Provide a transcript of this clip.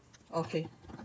okay